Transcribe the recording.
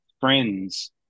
friend's